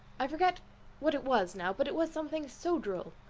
i forget what it was now, but it was something so droll!